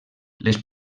les